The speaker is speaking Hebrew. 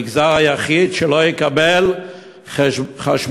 המגזר היחיד שלא יקבל חשמל,